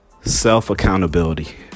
self-accountability